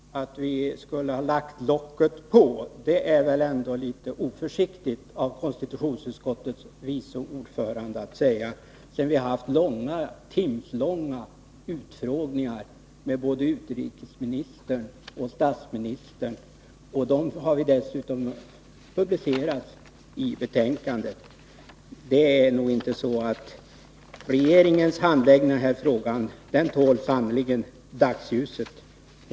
Herr talman! Bara en kort kommentar. Att säga att vi skulle ha lagt locket på är väl ändå litet oförsiktigt av konstitutionsutskottets vice ordförande, sedan vi har haft timslånga utfrågningar med både utrikesministern och statsministern. De har dessutom publicerats i betänkandet. Regeringens handläggning i denna fråga tål sannerligen dagsljuset.